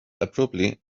abruptly